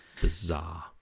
bizarre